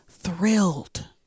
thrilled